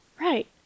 Right